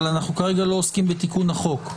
אבל אנחנו כרגע לא עוסקים בתיקון החוק.